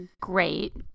great